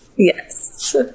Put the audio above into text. Yes